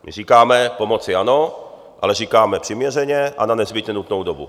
My říkáme pomoci ano, ale říkáme přiměřeně a nezbytně nutnou dobu.